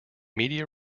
media